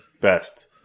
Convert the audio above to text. best